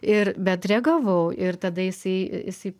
ir bet reagavau ir tada jisai jisai